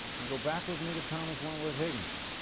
and go back with me to thomas wentworth higginson.